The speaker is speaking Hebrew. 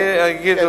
אני אגיד,